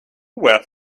were